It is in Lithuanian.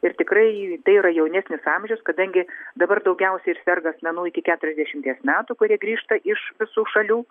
ir tikrai tai yra jaunesnis amžius kadangi dabar daugiausiai ir serga asmenų iki keturiasdešimties metų kurie grįžta iš visų šalių